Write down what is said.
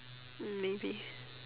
mm maybe